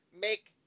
make